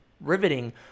riveting